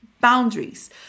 boundaries